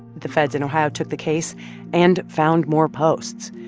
the feds in ohio took the case and found more posts,